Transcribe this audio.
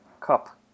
cup